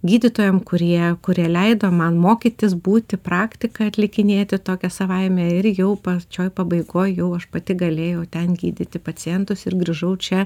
gydytojam kurie kurie leido man mokytis būti praktiką atlikinėti tokią savaime ir jau pačioj pabaigoj jau aš pati galėjau ten gydyti pacientus ir grįžau čia